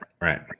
right